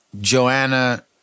Joanna